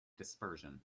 dispersion